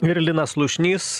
ir linas slušnys